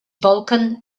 vulkan